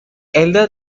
elda